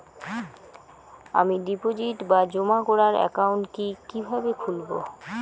আমি ডিপোজিট বা জমা করার একাউন্ট কি কিভাবে খুলবো?